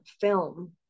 film